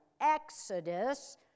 Exodus